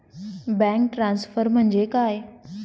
Bank transfer म्हणजे काय?